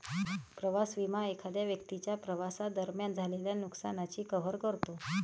प्रवास विमा एखाद्या व्यक्तीच्या प्रवासादरम्यान झालेल्या नुकसानाची कव्हर करतो